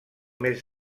més